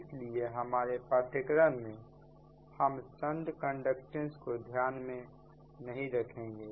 इसलिए हमारे पाठ्यक्रम में हम संट कंडक्टेंस को ध्यान में नहीं रखेंगे